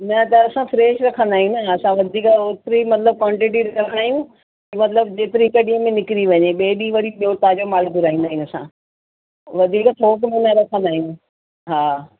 न त असां फ़्रेश रखंदा आहियूं न असां वधीक ओतिरी मतिलब क्वांटिटी रखंदा आहियूं मतिलब जेतिरी हिक ॾींहुं में निकिरी वञे ॿिए ॾींहं वरी ॿियो ताज़ो माल घुराईंदा आहियूं असां वधीक थोक में न रखंदा आहियूं हा